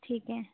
ٹھیک ہے